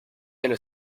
elle